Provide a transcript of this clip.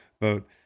vote